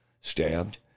stabbed